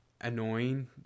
annoying